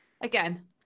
again